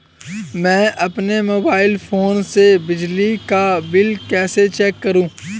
मैं अपने mobile phone से बिजली का बिल कैसे चेक करूं?